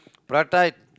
prata